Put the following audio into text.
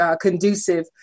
conducive